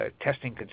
testing